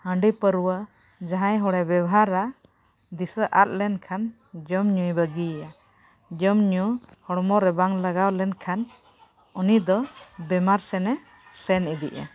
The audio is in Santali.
ᱦᱟᱺᱰᱤ ᱯᱟᱨᱣᱟᱹ ᱡᱟᱦᱟᱸᱭ ᱦᱚᱲᱮ ᱵᱮᱵᱚᱦᱟᱨᱟ ᱫᱤᱥᱟᱹ ᱟᱫ ᱞᱮᱱ ᱠᱷᱟᱱ ᱡᱚᱢᱼᱧᱩᱭ ᱵᱟᱹᱜᱤᱭᱟ ᱡᱚᱢᱼᱧᱩ ᱦᱚᱲᱢᱚ ᱨᱮ ᱵᱟᱝ ᱞᱟᱜᱟᱣ ᱞᱮᱱ ᱠᱷᱟᱱ ᱩᱱᱤ ᱫᱚ ᱵᱮᱢᱟᱨ ᱥᱮᱫᱮ ᱥᱮᱱ ᱤᱫᱤᱜᱼᱟ